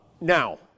Now